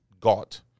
got